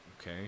Okay